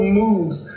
moves